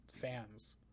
fans